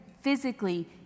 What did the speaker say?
physically